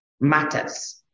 matters